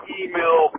email